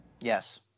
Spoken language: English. Yes